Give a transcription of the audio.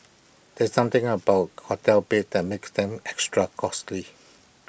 there's something about hotel beds that makes them extra costly